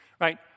Right